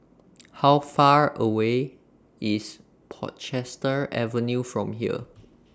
How Far away IS Portchester Avenue from here